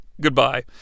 Goodbye